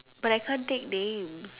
but I can't take names